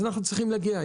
אנחנו צריכים להגיע,